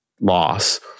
loss